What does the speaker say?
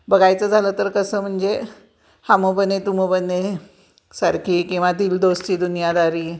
बघायचं झालं तर कसं म्हणजे हम बने तुम बने सारखी किंवा दिल दोस्ती दुनियादारी